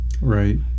Right